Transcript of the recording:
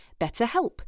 BetterHelp